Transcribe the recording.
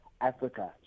Africa